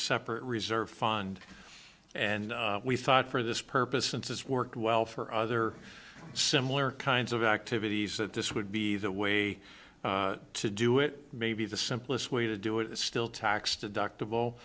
separate reserve fund and we thought for this purpose since it's worked well for other similar kinds of activities that this would be the way to do it maybe the simplest way to do it is still tax deductible